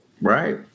right